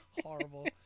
Horrible